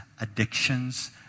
addictions